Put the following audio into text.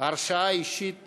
(הרשאה אישית